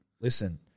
Listen